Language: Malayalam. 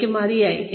എനിക്ക് മതിയായി